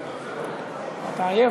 אדוני,